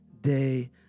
day